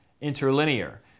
interlinear